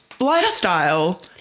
lifestyle